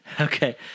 Okay